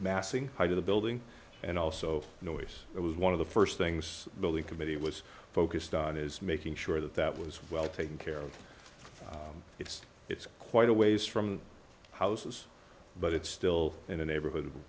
massing height of the building and also noice it was one of the first things bill the committee was focused on is making sure that that was well taken care of it's it's quite a ways from houses but it's still in a neighborhood